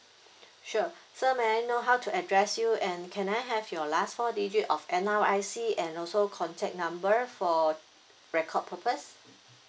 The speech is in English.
sure sir may I know how to address you and can I have your last four digit of N_R_I_C and also contact number for record purpose